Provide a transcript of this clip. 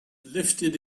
lifted